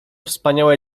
wspaniałe